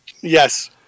Yes